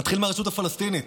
נתחיל מהרשות הפלסטינית,